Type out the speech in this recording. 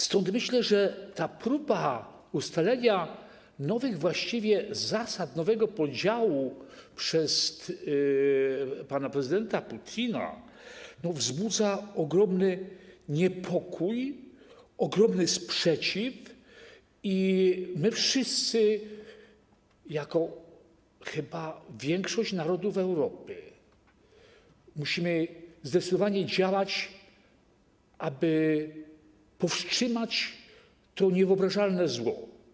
Stąd myślę, że ta próba ustalenia właściwie nowych zasad, nowego podziału przez pana prezydenta Putina wzbudza ogromny niepokój, ogromny sprzeciw i my wszyscy, jak chyba większość narodów w Europie, musimy zdecydowanie działać, aby powstrzymać to niewyobrażalne zło.